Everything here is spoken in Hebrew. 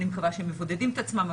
אני מקווה שהם מבודדים את עצמם,